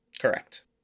correct